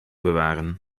bewaren